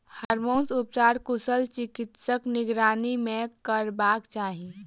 hormone उपचार कुशल चिकित्सकक निगरानी मे करयबाक चाही